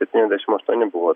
septyniasdešim aštuoni buvo